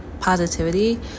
positivity